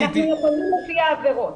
אנחנו יכולים לפי העבירות.